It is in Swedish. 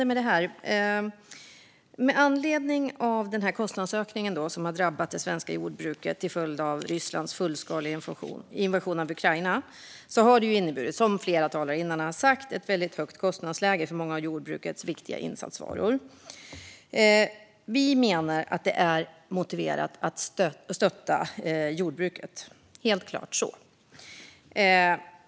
Med anledning av den kostnadsökning som har drabbat det svenska jordbruket till följd av Rysslands fullskaliga invasion av Ukraina och som har inneburit ett väldigt högt kostnadsläge för många av jordbrukets viktiga insatsvaror, vilket flera talare har sagt, menar vi att det är motiverat att stötta jordbruket. Så är det helt klart.